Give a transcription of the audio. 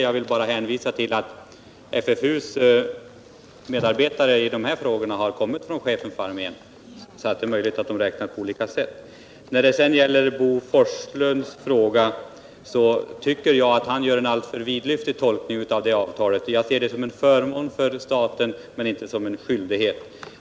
Jag vill bara hänvisa till att medarbetarna inom FFU på detta område kommit från chefen för armén. Det är alltså möjligt att man räknar på olika sätt. Bo Forslund gör en alltför vidlyftig tolkning av avtalet. Jag ser det som en förmån för staten men inte som en skyldighet.